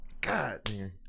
God